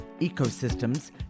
ecosystems